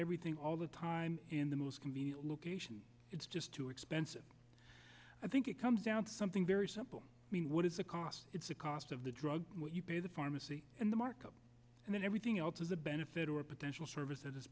everything all the time in the most convenient location it's just too expensive i think it comes down to something very simple i mean what is the cost it's a cost of the drug you pay the pharmacy and the markup and everything else is a benefit to a potential services